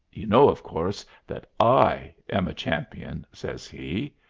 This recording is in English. you know, of course, that i am a champion, says he.